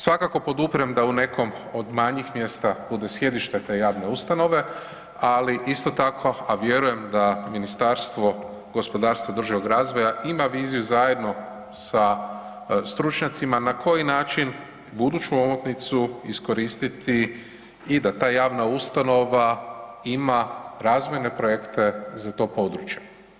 Svakako podupirem da u nekom od manjih mjesta budu sjedište te javne ustanove ali isto tako a vjerujem da Ministarstvo gospodarstva i održivog razvoja ima viziju zajedno sa stručnjacima na koji način buduću omotnici iskoristiti i da ta javna ustanova ima razvojne projekte za to područje.